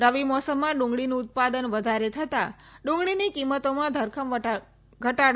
રવિ મોસમમાં ડુંગળીનું ઉત્પાદન વધારે થતા ડુંગળની કિંમતોમાં ધરખમ ઘટાડો થયો છે